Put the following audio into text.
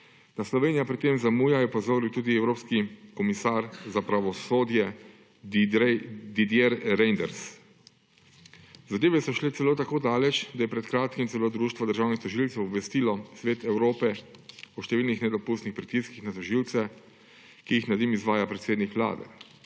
Da Slovenija pri tem zamuja, je opozoril tudi evropski komisar za pravosodje Didier Reynders. Zadeve so šle celo tako daleč, da je pred kratkim celo Društvo državnih tožilcev obvestilo Svet Evrope o številnih nedopustnih pritiskih na tožilce, ki jih nad njim izvaja predsednik Vlade.